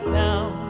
down